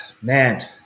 man